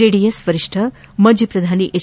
JDS ವರಿಷ್ಠ ಮಾಜಿ ಪ್ರಧಾನಿ ಎಚ್